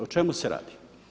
O čemu se radi?